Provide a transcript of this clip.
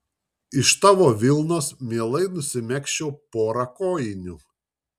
iš tavo vilnos mielai nusimegzčiau porą kojinių